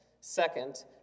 Second